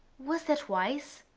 was that wise?